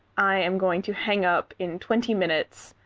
i am going to hang up in twenty minutes.